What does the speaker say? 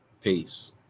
peace